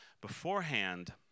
Beforehand